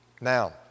Now